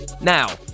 Now